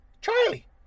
Charlie